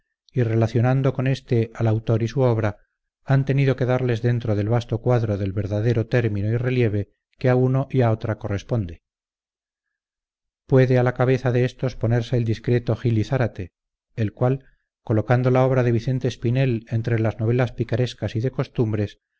y relacionando con éste al autor y su obra han tenido que darles dentro del vasto cuadro el verdadero término y relieve que a uno y a otra corresponde puede a la cabeza de estos ponerse el discreto gil y zárate el cual colocando la obra de vicente espinel entre las novelas picarescas y de costumbres